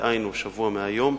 דהיינו שבוע מהיום.